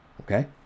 Okay